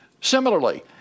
Similarly